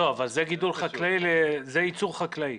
זה ייצור חקלאי.